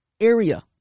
area